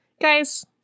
Guys